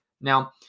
Now